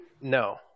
No